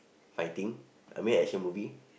fighting I mean action movie